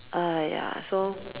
!aiya! so